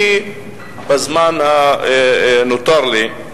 אני, בזמן הנותר לי,